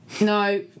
no